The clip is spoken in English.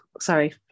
sorry